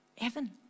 Evan